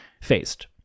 faced